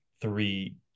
three